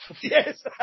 Yes